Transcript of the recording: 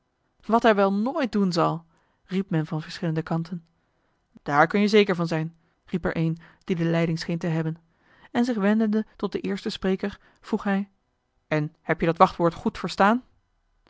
wat hij wel nooit doen zal riep men van verschillende kanten daar kun-je zeker van zijn riep er een die de leiding scheen te hebben en zich wendende tot den eersten spreker vroeg hij en heb-je dat wachtwoord goed verstaan